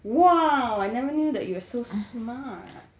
!wah! I never knew that you're so smart